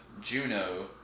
Juno